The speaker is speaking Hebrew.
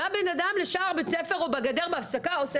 מגיע אדם לשער בית ספר או בגדר בהפסקה ועושה